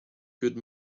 good